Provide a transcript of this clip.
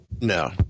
No